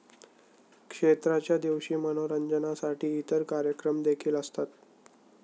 क्षेत्राच्या दिवशी मनोरंजनासाठी इतर कार्यक्रम देखील असतात